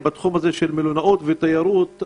בתחום של מלונאות ותיירות,